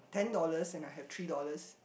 ten dollars and I have three dollars